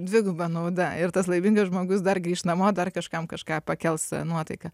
dviguba nauda ir tas laimingas žmogus dar grįš namo dar kažkam kažką pakels nuotaiką